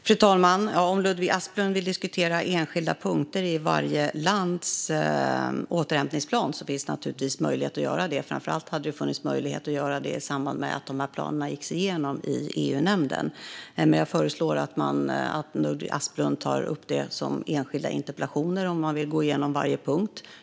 Fru talman! Om Ludvig Aspling vill diskutera enskilda punkter i varje lands återhämtningsplan finns naturligtvis möjlighet att göra det. Framför allt hade det varit möjligt att göra i samband med att planerna gicks igenom i EU-nämnden. Jag föreslår att Ludvig Aspling tar upp dessa punkter i enskilda interpellationer, om han vill gå igenom varje punkt.